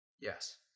Yes